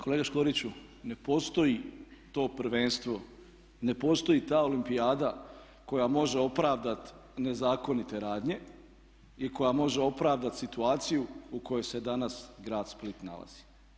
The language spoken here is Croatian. Kolega Škoriću ne postoji to prvenstvo, ne postoji ta Olimpijada koja može opravdati nezakonite radnje i koja može opravdati situaciju u kojoj se danas grad Split nalazi.